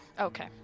Okay